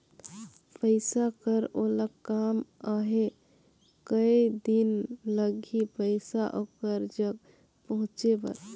पइसा कर ओला काम आहे कये दिन लगही पइसा ओकर जग पहुंचे बर?